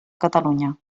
catalunya